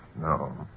No